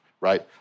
right